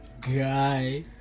guy